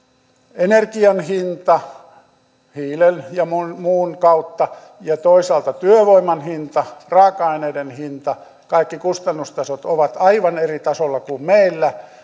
energian hinta hiilen ja muun kautta ja toisaalta työvoiman hinta raaka aineiden hinta kaikki kustannustasot ovat aivan eri tasolla kuin meillä